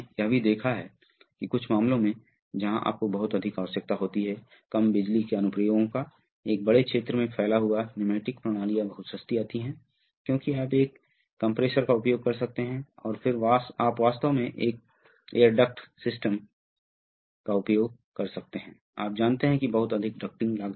ताकि तुरंत बहुत दबाव पैदा हो और वह क्षेत्र से कई गुना बढ़ जाए बल मिलता है जो कि सिलेंडर पर अभिनय बल होता है सिलेंडर पर भी भार होता है इसलिए अंतर वास्तव में सिलेंडर को तेज करता है और गति पैदा करता है